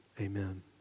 Amen